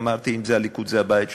אמרתי: אם הליכוד זה הבית שלכם,